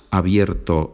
abierto